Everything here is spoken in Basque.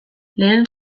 lehen